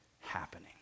happening